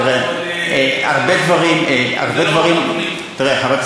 תראה, חבר הכנסת